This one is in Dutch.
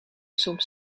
soms